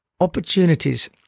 opportunities